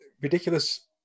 Ridiculous